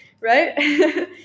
Right